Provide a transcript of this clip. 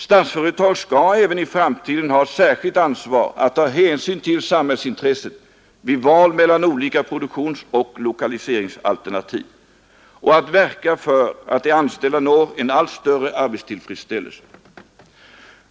Statsföretag skall även i framtiden ha särskilt ansvar för att ta hänsyn till samhällsintresset vid val mellan olika produktionsoch lokaliseringsalternativ och att verka för att de anställda når en allt större arbetstillfredsställelse.